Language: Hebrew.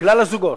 לכלל הזוגות.